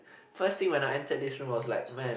first thing when I enter this room I was like man